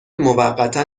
موقتا